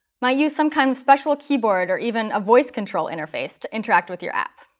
might use some kind of special keyboard or even a voice control interface to interact with your app.